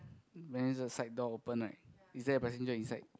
when is the side door open right is there a passenger inside